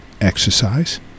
exercise